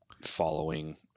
following